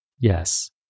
Yes